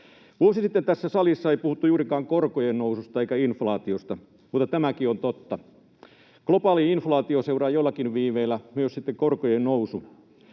Vuosi sitten tässä salissa ei puhuttu juurikaan korkojen noususta eikä inflaatiosta, mutta tämäkin on totta. Globaali inflaatio seuraa jollakin viiveellä, myös sitten korkojen nousu.